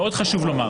ועוד חשוב לומר,